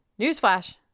Newsflash